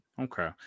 Okay